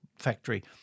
factory